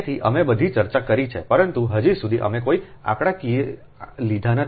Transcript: તેથી અમે બધી ચર્ચા કરી છે પરંતુ હજી સુધી અમે કોઈ આંકડાકીય લીધો નથી